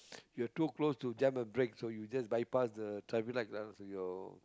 you are too close to jam a break so you just bypass the traffic light colours with your